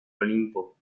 olimpo